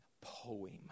poem